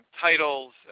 titles